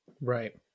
Right